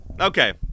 Okay